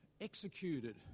executed